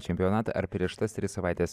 čempionatą ar prieš tas tris savaites